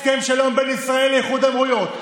הסכם שלום בין ישראל לאיחוד האמירויות.